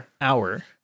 hour